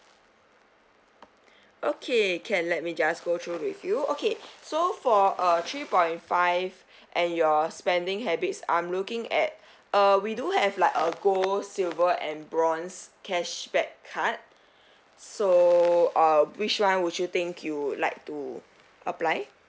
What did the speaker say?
okay can let me just go through with you okay so for uh three point five and your spending habits I'm looking at uh we do have like a gold silver and bronze cashback card so uh which [one] would you think you would like to apply